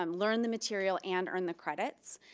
um learn the material, and earn the credits,